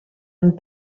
amb